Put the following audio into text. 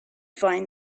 find